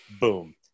Boom